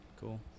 Cool